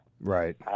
Right